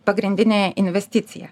pagrindinė investicija